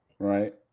Right